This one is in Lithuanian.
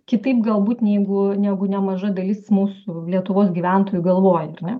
kitaip galbūt neigu negu nemaža dalis mūsų lietuvos gyventojų galvoja ar ne